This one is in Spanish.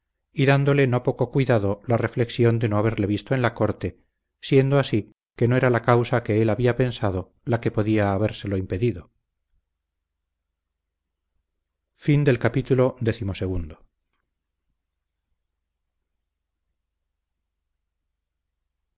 dándole no poco cuidado la reflexión de no haberle visto en la corte siendo así que no era la causa que él había pensado la que podía habérselo impedido